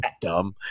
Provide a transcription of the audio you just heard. dumb